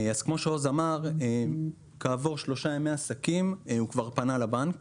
כמו שעוז אמר, כעבור 3 ימי עסקים הוא כבר פנה לבנק